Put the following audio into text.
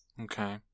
Okay